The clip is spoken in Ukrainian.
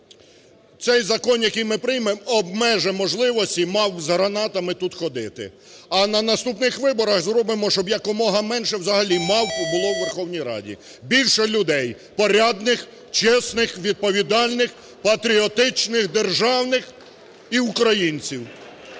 цей закон, який ми приймемо, обмежить можливості "мавп з гранатами" тут ходити. А на наступних виборах зробимо, щоб якомога менше взагалі "мавп" було у Верховній Раді. Більше людей – порядних, чесних, відповідальних, патріотичних, державних і українців.